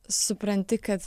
supranti kad